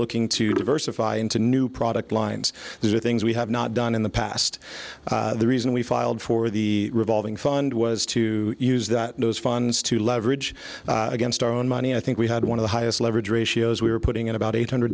looking to diversify into new product lines there are things we have not done in the past the reason we filed for the revolving fund was to use that those funds to leverage against our own money i think we had one of the highest leverage ratios we were putting in about eight hundred